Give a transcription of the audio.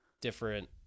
different